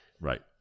Right